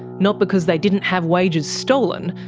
not because they didn't have wages stolen,